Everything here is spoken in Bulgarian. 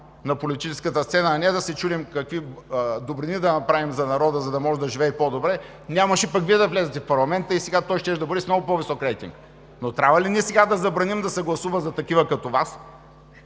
на политическата сцена, а не да се чудим какви добрини да направим за народа, за да може да живее по-добре, нямаше пък Вие да влезете в парламента и сега той щеше да бъде с много по-висок рейтинг. Но трябва ли ние сега да забраним да се гласува за такива като Вас,